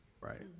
Right